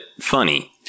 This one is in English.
funny